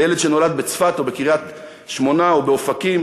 לילד שנולד בצפת או בקריית-שמונה או באופקים,